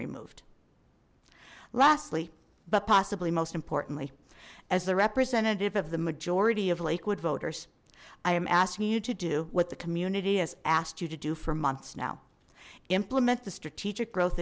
removed lastly but possibly most importantly as the representative of the majority of lakewood voters i am asking you to do what the community has asked you to do for months now implement the strategic growth